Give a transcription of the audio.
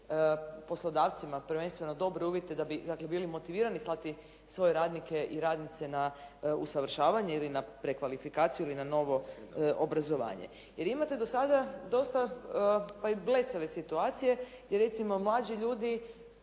poslodavcima prvenstveno dobre uvjete da bi bili motivirani slati svoje radnike i radnice na usavršavanje ili na prekvalifikaciju ili na novo obrazovanje. Jer imate do sada dosta pa i blesave situacije, jer recimo mlađi ljudi